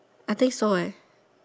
I think so leh